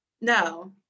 no